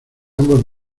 ambos